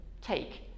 take